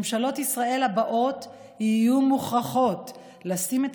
ממשלות ישראל הבאות יהיו מוכרחות לשים את